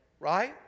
Right